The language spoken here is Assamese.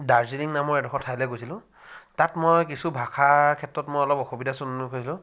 দাৰ্জিলিং নামৰ এডোখৰ ঠাইলে গৈছিলোঁ তাত মই কিছু ভাষাৰ ক্ষেত্ৰত মই অলপ অসুবিধাৰ সন্মুখীন হৈছিলোঁ